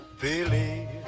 believe